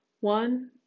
One